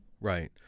Right